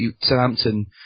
Southampton